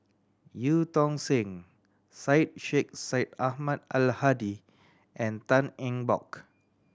Eu Tong Sen Syed Sheikh Syed Ahmad Al Hadi and Tan Eng Bock